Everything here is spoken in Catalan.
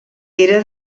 era